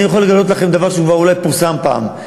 אני יכול לגלות לכם דבר שאולי כבר פורסם פעם: